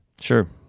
Sure